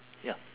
ya